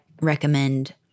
recommend